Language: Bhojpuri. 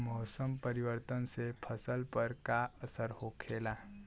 मौसम परिवर्तन से फसल पर का असर होखेला?